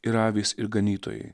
ir avys ir ganytojai